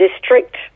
district